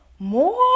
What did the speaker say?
more